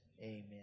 amen